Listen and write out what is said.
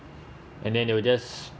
and then they will just